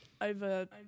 over